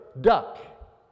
duck